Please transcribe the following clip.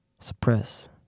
suppress